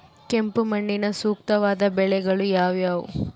ಕೆಂಪು ಮಣ್ಣಿಗೆ ಸೂಕ್ತವಾದ ಬೆಳೆಗಳು ಯಾವುವು?